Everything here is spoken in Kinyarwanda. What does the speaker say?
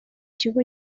kigo